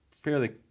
fairly